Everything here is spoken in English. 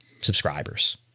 subscribers